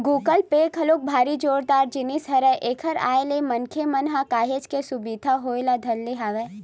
Google Pay घलोक भारी जोरदार जिनिस हरय एखर आय ले मनखे मन ल काहेच के सुबिधा होय ल धरे हवय